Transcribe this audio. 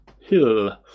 Hill